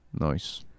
Nice